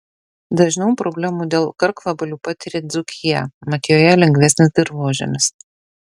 dažniau problemų dėl karkvabalių patiria dzūkija mat joje lengvesnis dirvožemis